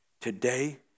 Today